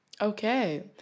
Okay